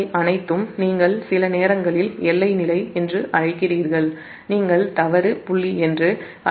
இவை அனைத்தும் நீங்கள் சில நேரங்களில் எல்லை நிலை என்று அழைக்கிறீர்கள் நீங்கள் தவறு புள்ளி என்று அழைக்கிறீர்கள்